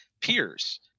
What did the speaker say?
peers